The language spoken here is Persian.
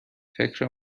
فکر